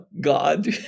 God